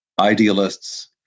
Idealists